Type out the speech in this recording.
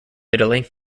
italy